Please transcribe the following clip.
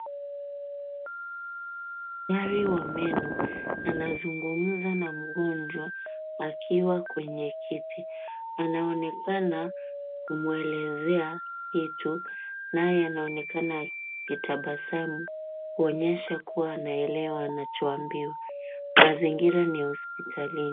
Daktari wa meno na anazungumza na mgonjwa akiwa kwenye kiti. Anaonekana kumwelezea kitu naye anaonekana akitabasamu kuonyesha kuwa anaelewa anachoambiwa. Mazingira ni hospitalini.